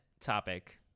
topic